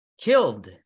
killed